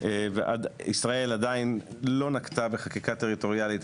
וישראל עדיין לא נקטה בחקיקה טריטוריאלית,